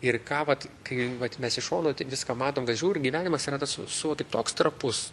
ir ką vat kai vat mes iš šono tai viską matom kad žiūri gyvenimas yra tas suvoki toks trapus